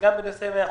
מה הבעיה?